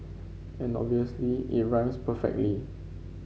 and obviously it rhymes perfectly